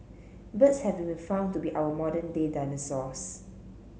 birds have been found to be our modern day dinosaurs